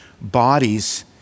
bodies